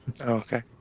Okay